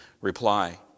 reply